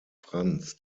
franz